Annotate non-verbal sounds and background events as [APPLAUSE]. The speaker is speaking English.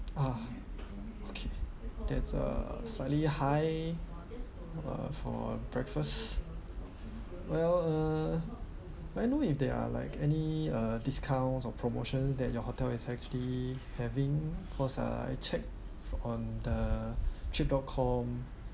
ah okay that's uh slightly high uh for breakfast well uh like you know if there are like any uh discounts or promotions that your hotel is actually having cause I check from on the [BREATH] trip dot com